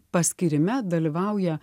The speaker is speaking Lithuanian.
paskyrime dalyvauja